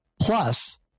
plus